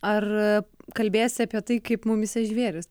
ar kalbėsi apie tai kaip mumyse žvėrys